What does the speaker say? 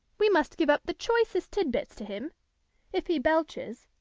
we must give up the choicest tidbits to him if he belches,